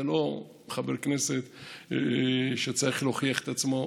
זה לא חבר כנסת שצריך להוכיח את עצמו.